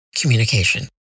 communication